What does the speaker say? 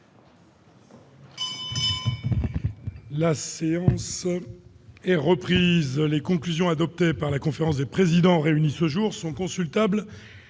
La séance est reprise. Les conclusions adoptées par la conférence des présidents réunie ce jour sont consultables